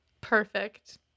Perfect